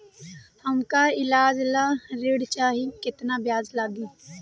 हमका ईलाज ला ऋण चाही केतना ब्याज लागी?